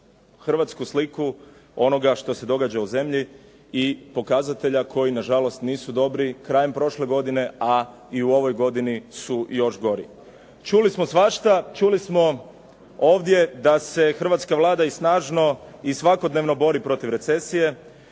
hrvatsku sliku onoga što se događa u zemlji i pokazatelja koji nažalost nisu dobri krajem prošle godine, a i u ovoj godini su još gori. Čuli smo svašta, čuli smo ovdje da se hrvatska Vlada i snažno i svakodnevno bori protiv recesije,